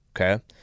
okay